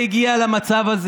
הליכוד.